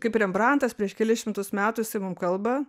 kaip rembrantas prieš kelis šimtus metų jisai mum kalba